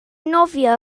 nofio